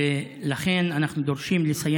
ולכן אנחנו דורשים לסיים